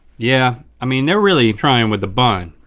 yeah, i mean they're really trying with the bun.